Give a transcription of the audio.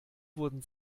wurden